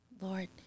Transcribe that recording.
Lord